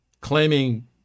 claiming